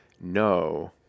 no